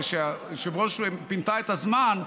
ושהיושבת-ראש פינתה את הזמן,